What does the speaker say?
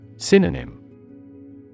Synonym